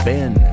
Ben